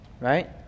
right